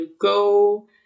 go